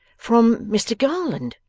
from mr garland